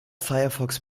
firefox